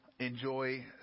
enjoy